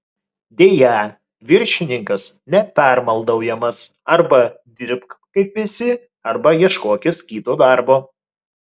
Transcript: deja viršininkas nepermaldaujamas arba dirbk kaip visi arba ieškokis kito darbo